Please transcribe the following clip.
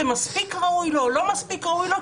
מספיק ראוי לו או לא מספיק ראוי לו,